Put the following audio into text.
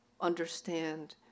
understand